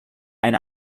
ein